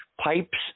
pipes